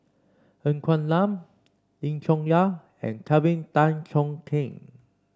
Ng Quee Lam Lim Chong Yah and Tan Cheong Kheng